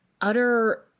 utter